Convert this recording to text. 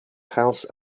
house